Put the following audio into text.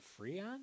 Freon